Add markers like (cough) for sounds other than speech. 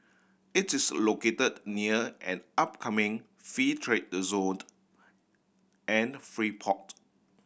it is located near an upcoming free trade zone (unintelligible) and free port